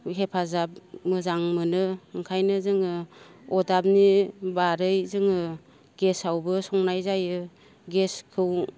हेफाजाब मोजां मोनो ओंखायनो जोङो अरदाबनि बादै जोङो गेसआवबो संनाय जायो गेसखौ